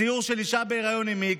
ציור של אישה בהיריון עם איקס,